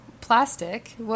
plastic